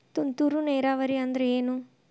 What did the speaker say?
ತುಂತುರು ನೇರಾವರಿ ಅಂದ್ರ ಏನ್?